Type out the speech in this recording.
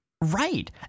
Right